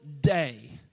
day